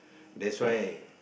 that's why